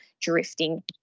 drifting